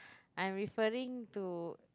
I'm referring to